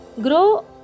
Grow